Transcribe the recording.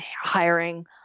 hiring